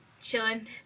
chilling